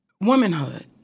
womanhood